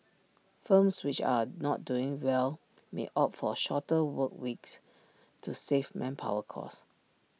firms which are not doing well may opt for shorter work weeks to save manpower costs